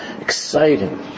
exciting